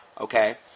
okay